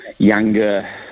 Younger